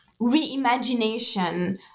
reimagination